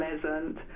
pleasant